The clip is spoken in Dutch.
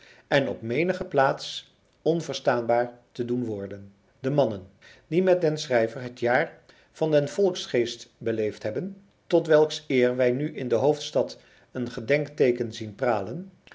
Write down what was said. en op menige plaats onverstaanbaar te doen worden de mannen die met den schrijver het jaar van den volksgeest beleefd hebben tot welks eer wij nu in de hoofdstad een gedenkteeken zien pralen